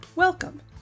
Welcome